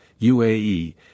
UAE